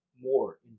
More